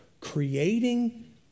creating